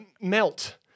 Melt